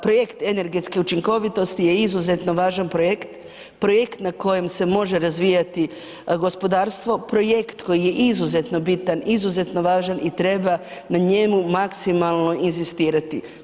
Projekt energetske učinkovitosti je izuzetno važan projekt, projekt na kojem se može razvijati gospodarstvo, projekt koji je izuzetno bitan, izuzetno važan i treba na njemu maksimalno inzistirati.